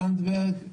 זנדברג,